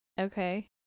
Okay